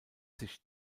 sich